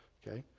ok.